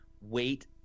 wait